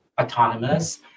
autonomous